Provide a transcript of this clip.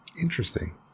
Interesting